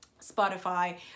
Spotify